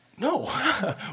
No